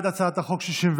אדוני היושב-ראש,